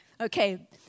Okay